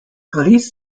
police